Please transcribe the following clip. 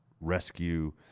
rescue